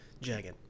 jagged